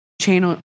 channel